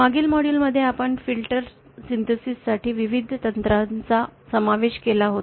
मागील 2 मॉड्यूलमध्ये आपण फिल्टर संश्लेषणा साठी विविध तंत्रांचा समावेश केला होता